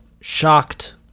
shocked